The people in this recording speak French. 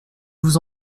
vous